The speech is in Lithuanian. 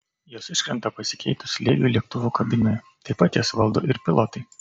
jos iškrenta pasikeitus slėgiui lėktuvo kabinoje taip pat jas valdo ir pilotai